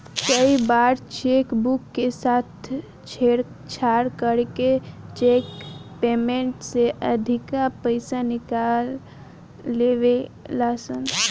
कई बार cheque book के साथे छेड़छाड़ करके चेक पेमेंट से अधिका पईसा निकाल लेवे ला सन